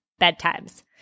bedtimes